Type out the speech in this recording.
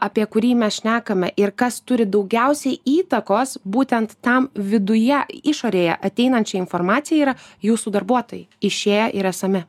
apie kurį mes šnekame ir kas turi daugiausiai įtakos būtent tam viduje išorėje ateinančia informacija yra jūsų darbuotojai išėję ir esami